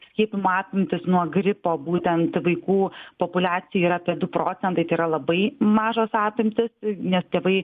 skiepijimo apimtys nuo gripo būtent vaikų populiacija yra ta du procentai tėra labai mažos apimtys nes tėvai